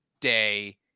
day